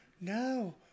No